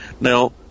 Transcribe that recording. Now